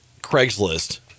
Craigslist